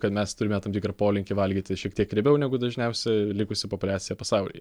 kad mes turime tam tikrą polinkį valgyti šiek tiek riebiau negu dažniausi likusi populiacija pasauly